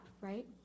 right